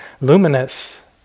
luminous